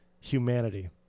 humanity